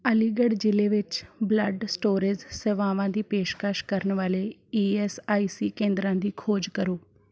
ਅਲੀਗੜ੍ਹ ਜ਼ਿਲ੍ਹੇ ਵਿੱਚ blood storage ਸੇਵਾਵਾਂ ਦੀ ਪੇਸ਼ਕਸ਼ ਕਰਨ ਵਾਲੇ ਈ ਐੱਸ ਆਈ ਸੀ ਕੇਂਦਰਾਂ ਦੀ ਖੋਜ ਕਰੋ